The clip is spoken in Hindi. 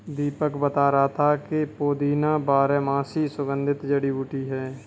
दीपक बता रहा था कि पुदीना बारहमासी सुगंधित जड़ी बूटी है